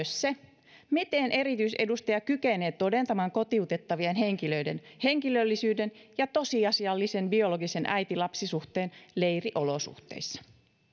se miten erityisedustaja kykenee todentamaan kotiutettavien henkilöiden henkilöllisyyden ja tosiasiallisen biologisen äiti lapsi suhteen leiriolosuhteissa